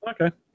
Okay